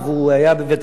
הוא היה בבית-חולים.